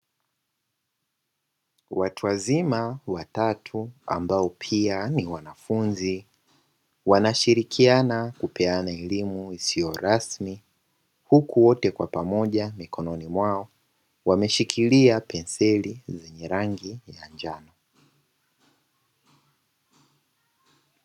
Watu wazima watatu ambao pia ni wanafunzi wanashirikiana kupeana elimu isiyo rasmi, huku wote kwa pamoja mikononi mwao wameshikilia penseli zenye rangi ya njano.